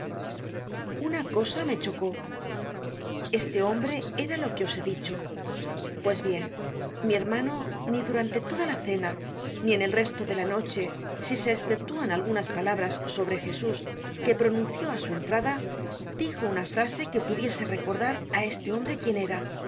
una cosa me chocó este hombre era lo que os he dicho pues bien mi hermano ni durante toda la cena ni en el resto de la noche si se esceptuan algunas palabras sobre jesús que pronunció á su entrada dijo una frase que pudiese recordar á este hombre quién era